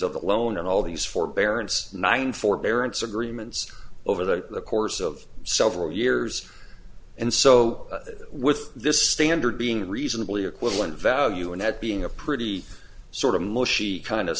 of the loan and all these forbearance nine forbearance agreements over the course of several years and so with this standard being a reasonably equivalent value and that being a pretty